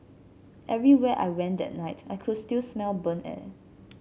everywhere I went that night I could still smell burnt air